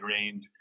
range